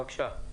בבקשה.